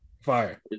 Fire